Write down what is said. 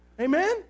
amen